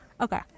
Okay